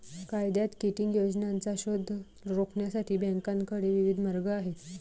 कायद्यात किटिंग योजनांचा शोध रोखण्यासाठी बँकांकडे विविध मार्ग आहेत